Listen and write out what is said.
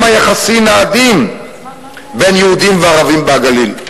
היחסים העדין בין יהודים לערבים בגליל.